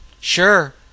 Sure